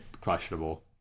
questionable